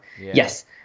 yes